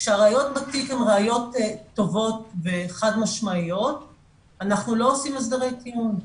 כשהראיות בתיק הן ראיות טובות וחד משמעיות אנחנו לא עושים הסדרי טיעון.